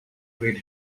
great